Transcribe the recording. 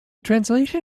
translation